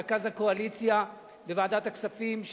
רכז הקואליציה בוועדת הכספים,